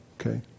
Okay